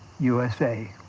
usa.